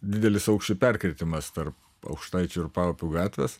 didelis aukščio perkirtimas tarp aukštaičių ir paupio gatvės